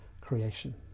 creation